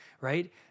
Right